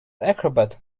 acrobat